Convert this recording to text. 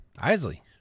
Isley